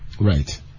Right